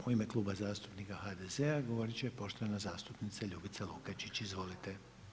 U ime Kluba zastupnika HDZ-a govorit će poštovana zastupnica Ljubica Lukačić, izvolite.